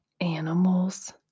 animals